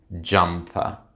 jumper